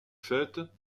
fêtes